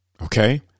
okay